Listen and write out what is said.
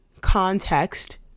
context